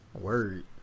word